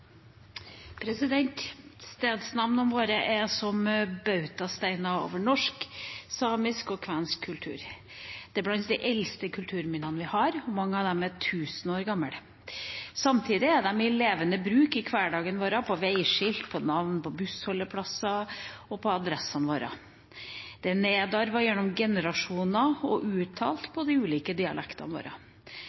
som bautasteiner over norsk, samisk og kvensk kultur. De er blant de eldste kulturminnene vi har – mange av dem er tusen år gamle. Samtidig er de i levende bruk i hverdagen vår – på veiskilt, på navn på bussholdeplasser og adressen vår. De er nedarvet gjennom generasjoner og uttalt på de ulike dialektene våre.